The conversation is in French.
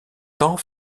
tant